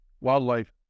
wildlife